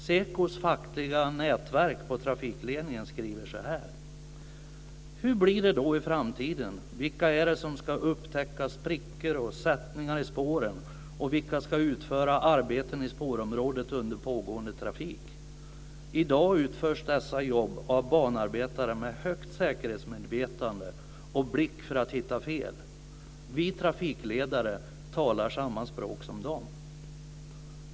SEKO:s fackliga nätverk på trafikledningen skriver så här: Hur blir det då i framtiden? Vilka är det som ska upptäcka sprickor och sättningar i spåren och vilka ska utföra arbeten i spårområdet under pågående trafik? I dag utförs dessa jobb av banarbetare med högt säkerhetsmedvetande och blick för att hitta fel. Vi trafikledare talar samma språk som de.